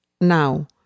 now